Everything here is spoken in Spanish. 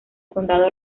condado